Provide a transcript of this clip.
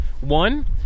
one